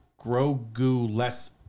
Grogu-less